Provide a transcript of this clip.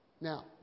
Now